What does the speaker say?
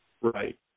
Right